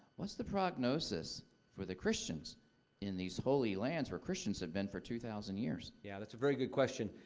what's the prognosis for the christians in these holy lands where christians have been for two thousand years? yeah, that's a very good question.